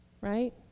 Right